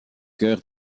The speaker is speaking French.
cœur